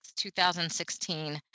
2016